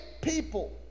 people